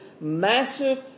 massive